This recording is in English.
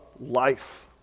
life